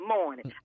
morning